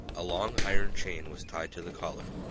a long iron chain was tied to the collar.